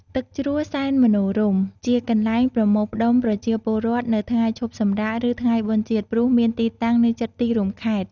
ទឹកជ្រោះសែនមនោរម្យជាកន្លែងប្រមូលផ្តុំប្រជាពលរដ្ឋនៅថ្ងៃឈប់សម្រាក ឬ ថ្ងៃបុណ្យជាតិ ព្រោះមានទីតាំងនៅជិតទីរួមខេត្ត។